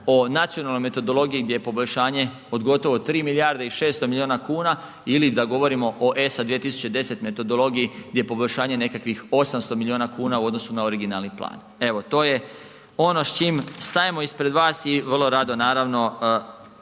o nacionalnoj metodologiji gdje je poboljšanje od gotovo 3 milijarde i 600 milijuna kuna ili da govorimo o ESA 2010 metodologiji gdje je poboljšanje nekakvih 800 milijuna kuna u odnosu na originalni plan, evo to je ono s čim stajemo ispred vas i vrlo rado naravno